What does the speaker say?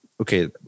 Okay